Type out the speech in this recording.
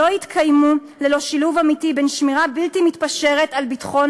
לא יתקיימו ללא שילוב אמיתי בין שמירה בלתי מתפשרת על ביטחון